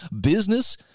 Business